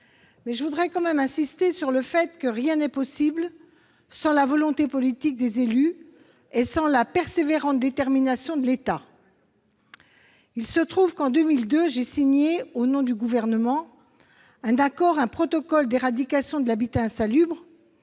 En tout cas, j'y insiste, rien n'est possible sans la volonté politique des élus et sans la persévérante détermination de l'État. Il se trouve que, en 2002, j'ai signé, au nom du Gouvernement, un protocole d'éradication de l'habitat insalubre